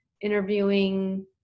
interviewing